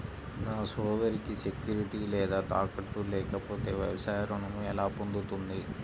నా సోదరికి సెక్యూరిటీ లేదా తాకట్టు లేకపోతే వ్యవసాయ రుణం ఎలా పొందుతుంది?